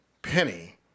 penny